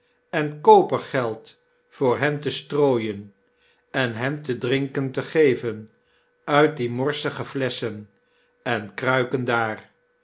en kopergeld voor hen te strooien en hen te drinken te geven uit die morsige flesschen en kruiken daar